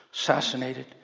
assassinated